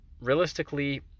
Realistically